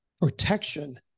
protection